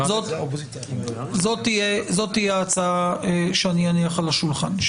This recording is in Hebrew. זו תהיה ההצעה שאני אניח על השולחן.